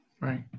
Right